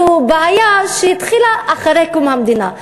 זו בעיה שהתחילה אחרי קום המדינה.